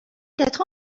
quatre